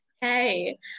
hey